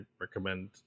recommend